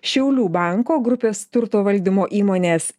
šiaulių banko grupės turto valdymo įmonės